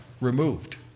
removed